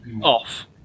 off